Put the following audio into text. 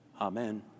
Amen